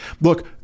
Look